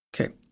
Okay